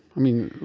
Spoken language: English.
i mean,